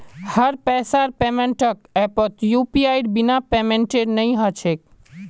हर पैसार पेमेंटक ऐपत यूपीआईर बिना पेमेंटेर नइ ह छेक